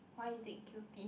why is it guilty